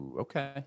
Okay